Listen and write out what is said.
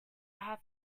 have